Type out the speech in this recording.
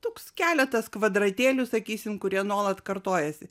toks keletas kvadratėlių sakysim kurie nuolat kartojasi